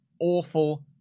awful